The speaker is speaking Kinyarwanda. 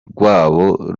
rwabo